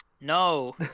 No